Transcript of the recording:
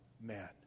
man